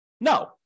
No